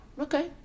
Okay